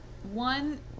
One